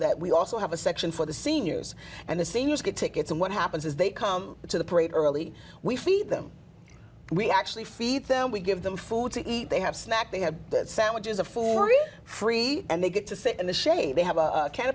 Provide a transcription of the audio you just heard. that we also have a section for the seniors and the seniors get tickets and what happens is they come to the parade early we feed them we actually feed them we give them food to eat they have snack they have sandwiches of for free and they get to sit in the shade they have a ca